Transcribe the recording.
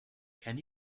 can